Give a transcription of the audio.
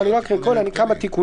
לא אקריא את הכול אלא כמה תיקונים.